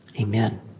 Amen